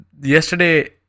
yesterday